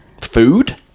food